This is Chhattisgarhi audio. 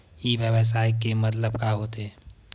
ई व्यवसाय के मतलब का होथे?